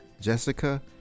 Jessica